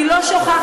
אני לא שוכחת,